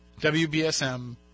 WBSM